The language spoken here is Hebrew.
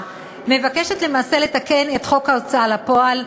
מבקשת למעשה לתקן את חוק ההוצאה לפועל.